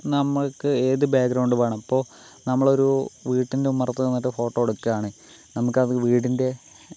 നമ്മൾക്ക് ഏത് ബാക്ക്ഗ്രൗണ്ട് വേണം ഇപ്പോൾ നമ്മളൊരു വീട്ടിൻ്റെ ഉമ്മറത്ത് നിന്നിട്ട് ഫോട്ടോ എടുക്കുവാണ് നമുക്കത് വീടിൻ്റെ